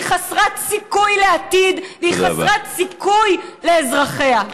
חסרת סיכוי לעתיד והיא חסרת סיכוי לאזרחיה.